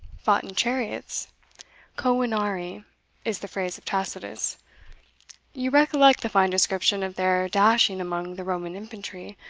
fought in chariots covinarii is the phrase of tacitus you recollect the fine description of their dashing among the roman infantry,